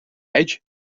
edge